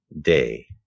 day